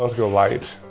ah go light.